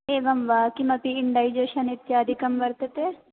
एवं वा किमपि इण्डैजेशन् इत्यादिकं वर्तते